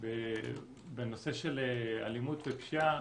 בנושא של אלימות ופשיעה,